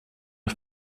are